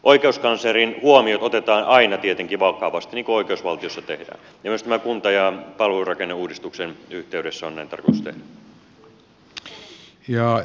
oikeuskanslerin huomiot otetaan aina tietenkin vakavasti niin kuin oikeusvaltiossa tehdään ja myös kunta ja palvelurakenneuudistuksen yhteydessä on näin tarkoitus tehdä